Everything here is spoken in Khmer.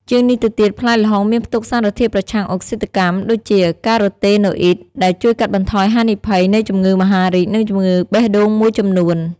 ជាងនេះទៅទៀត ផ្លែល្ហុងមានផ្ទុកសារធាតុប្រឆាំងអុកស៊ីតកម្មដូចជា carotenoids ដែលជួយកាត់បន្ថយហានិភ័យនៃជំងឺមហារីក និងជំងឺបេះដូងមួយចំនួន។